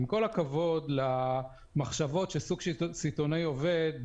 עם כל הכבוד למחשבות ששוק סיטונאי עובד,